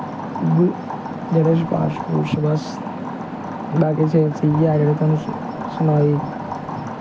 ओह्बी छड़ी सफारिश सफुरश बस ते बाकी सेलस इ'यै थुहानूं सनाई